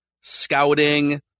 scouting